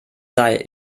sei